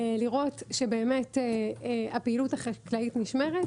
לוודא שהפעילות החקלאית נשמרת,